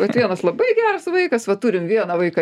vat vienas labai geras vaikas va turim vieną vaiką